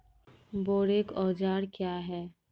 बोरेक औजार क्या हैं?